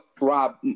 Rob